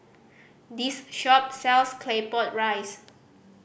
this shop sells Claypot Rice